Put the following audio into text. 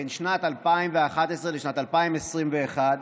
בין שנת 2011 לשנת 2021,